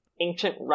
ancient